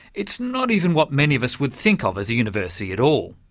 it's not even what many of us would think of as a university at all.